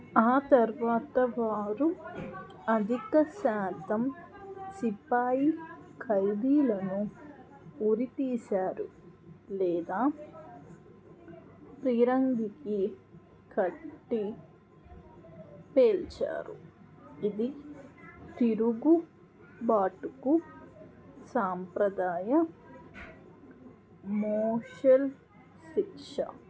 ఆ తర్వాత వారు అధిక శాతం సిపాయి ఖైదీలను ఉరి తీశారు లేదా ఫిరంగికి కట్టి పేల్చారు ఇది తిరుగు బాటుకు సాంప్రదాయ మార్షల్ శిక్ష